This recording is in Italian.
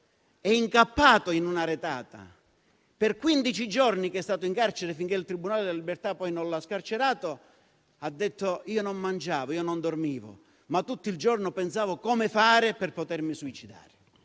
è incappato in una retata e per quindici giorni è stato in carcere, finché il tribunale della libertà poi non l'ha scarcerato. Mi ha detto che non mangiava e non dormiva, ma tutto il giorno pensava a come fare per potersi suicidare,